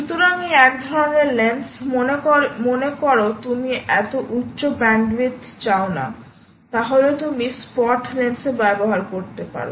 সুতরাং এই এক ধরণের লেন্স মনে করে তুমি এত উচ্চ ব্যান্ডউইথ চাওনা তাহলে তুমি স্পট লেন্স ও ব্যবহার করতে পারো